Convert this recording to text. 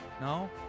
No